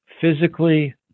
physically